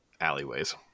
alleyways